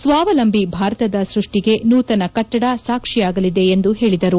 ಸ್ವಾವಲಂಬಿ ಭಾರತದ ಸ್ಬಷ್ಡಿಗೆ ನೂತನ ಕಟ್ವದ ಸಾಕ್ಷಿಯಾಗಲಿದೆ ಎಂದು ಹೇಳಿದರು